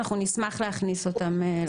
נשמח להכניס אותן לחוק.